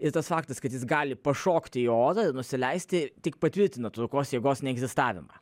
ir tas faktas kad jis gali pašokti į orą ir nusileisti tik patvirtino traukos jėgos neegzistavimą